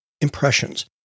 Impressions